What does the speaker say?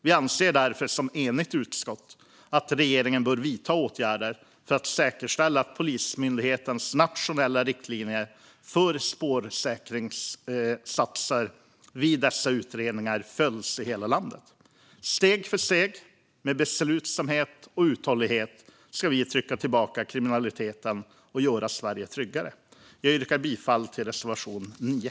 Vi anser därför som ett enigt utskott att regeringen bör vidta åtgärder för att säkerställa att Polismyndighetens nationella riktlinjer för spårsäkringssatser vid dessa utredningar följs i hela landet. Steg för steg, med beslutsamhet och uthållighet, ska vi trycka tillbaka kriminaliteten och göra Sverige tryggare. Jag yrkar bifall till reservation 9.